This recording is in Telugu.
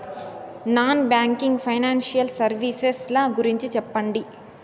నాన్ బ్యాంకింగ్ ఫైనాన్సియల్ సర్వీసెస్ ల గురించి సెప్పండి?